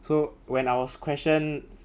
so when I was questioned